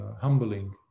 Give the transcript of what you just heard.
humbling